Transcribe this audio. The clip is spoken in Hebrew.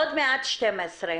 עוד מעט שתים עשרה.